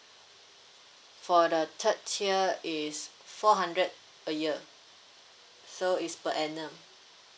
for the third tier is four hundred a year so is per annum